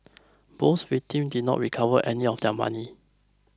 both victim did not recover any of their money